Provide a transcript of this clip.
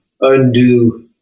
undo